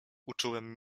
uczułem